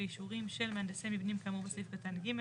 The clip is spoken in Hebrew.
ואישורים של מהנדסי מבנים כאמור בסעיף קטן (ג),